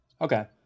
Okay